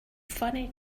funny